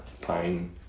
pine